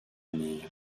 année